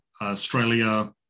Australia